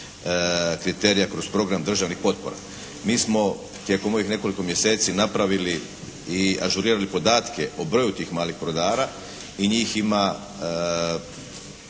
kriterija kroz program državnih potpora. Mi smo tijekom ovih nekoliko mjeseci napravili i ažurirali podatke o broju tih malih brodara i njih ima